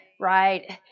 Right